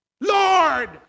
Lord